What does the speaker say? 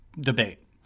debate